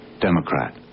Democrat